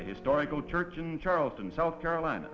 historical church in charleston south carolina